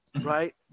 right